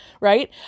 right